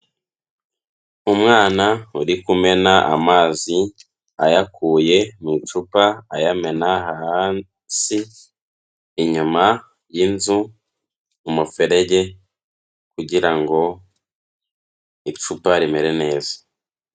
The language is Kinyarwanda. Umwana uri kumena amazi ayakuye mu icupa ayamena hasi, inyuma y'inzu mu muferege kugira ngo icupa rimere neza.